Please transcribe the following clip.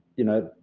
you know,